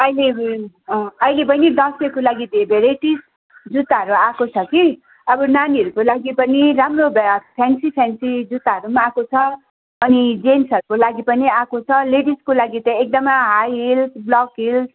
अहिले अहिले बहिनी दसैँको लागि भेराइटिज जुत्ताहरू आएको छ कि अब नानीहरूको लागि पनि राम्रो अब फेन्सी फेन्सी जुत्ताहरू आएको छ अनि जेन्ट्सहरूको लागि पनि आएको लेडिजको लागि त एकदमै हाई हिल ब्लक हिल्स